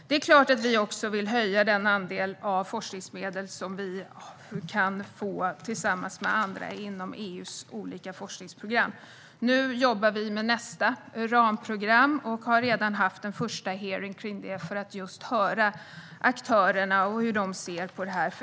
Det är klart att vi också vill höja den andel av forskningsmedel som vi kan få tillsammans med andra inom EU:s olika forskningsprogram. Nu jobbar vi med nästa ramprogram och har redan haft en första hearing kring detta för att höra hur aktörerna ser på det.